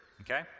okay